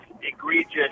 egregious